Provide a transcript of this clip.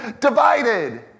divided